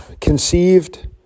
conceived